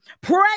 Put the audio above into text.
pray